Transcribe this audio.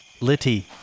Litty